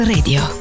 Radio